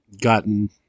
gotten